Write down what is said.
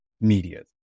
media